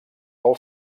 pel